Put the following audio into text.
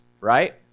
right